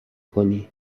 کنی